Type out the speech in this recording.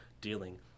dealing